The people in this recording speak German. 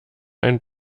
ein